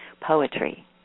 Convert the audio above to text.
poetry